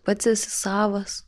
pats esi savas